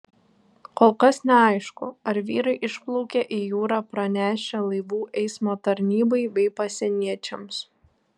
kol kas neaišku ar vyrai išplaukė į jūrą pranešę laivų eismo tarnybai bei pasieniečiams